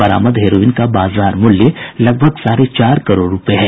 बरामद हेरोईन का बाजार मूल्य लगभग साढ़े चार करोड़ रूपये है